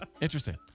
Interesting